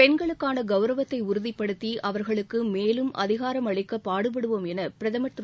பெண்களுக்கான கௌரவத்தை உறுதிப்படுத்தி அவர்களுக்கு மேலும் அதிகாரம் அளிக்க பாடுபடுவோம் என பிரதமர் திரு